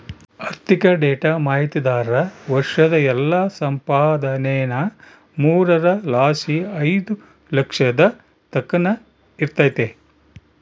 ಆರ್ಥಿಕ ಡೇಟಾ ಮಾಹಿತಿದಾರ್ರ ವರ್ಷುದ್ ಎಲ್ಲಾ ಸಂಪಾದನೇನಾ ಮೂರರ್ ಲಾಸಿ ಐದು ಲಕ್ಷದ್ ತಕನ ಇರ್ತತೆ